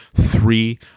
three